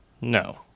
No